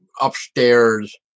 upstairs